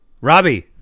Robbie